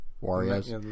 Warriors